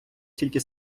тільки